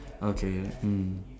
okay mm